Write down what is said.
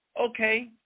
Okay